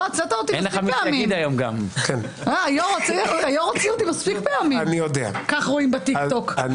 לא, הוצאת אותי מספיק פעמים, כך רואים בטיקטוק.